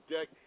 deck